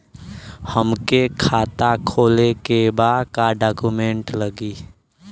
हमके खाता खोले के बा का डॉक्यूमेंट लगी?